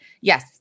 yes